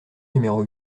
numéro